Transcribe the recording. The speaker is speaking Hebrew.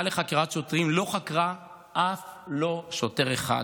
לחקירת שוטרים לא חקרה אף לא שוטר אחד.